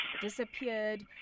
disappeared